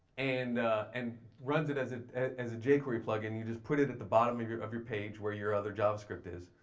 and and runs it as it as a jquery plug-in. you just put it at the bottom of your of your page, where your other javascript is.